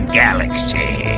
galaxy